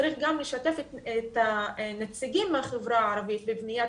צריך גם לשתף את הנציגים מהחברה הערבית בבניית